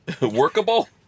Workable